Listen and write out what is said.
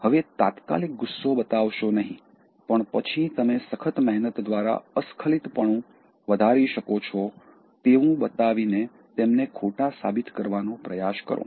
હવે તાત્કાલિક ગુસ્સો બતાવશો નહીં પણ પછી તમે સખત મહેનત દ્વારા અસ્ખલિતપણું વધારી શકો છો તેવું બતાવીને તેમને ખોટા સાબિત કરવાનો પ્રયાસ કરો